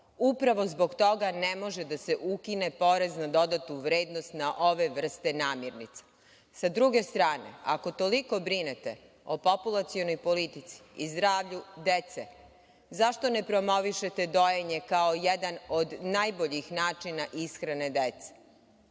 zbog toga ne može da se ukine PDV na ove vrste namirnica. Sa druge strane, ako toliko brinete o populacionoj politici i zdravlju dece, zašto ne promovišete dojenje kao jedan od najboljih načina ishrane dece?